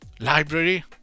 library